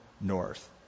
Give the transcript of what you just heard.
north